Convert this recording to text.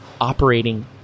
operating